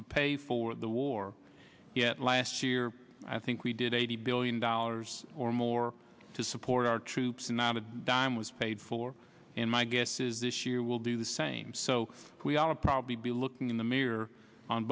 to pay for the war yet last year i think we did eighty billion dollars or more to support our troops and not a dime was paid for and my guess is this year will do the same so we all probably be looking in the mirror on